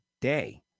day